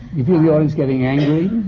you feel the audience getting angry?